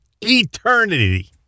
eternity